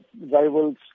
rivals